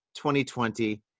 2020